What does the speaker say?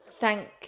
thank